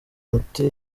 umuti